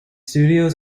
studios